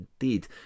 indeed